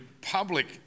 public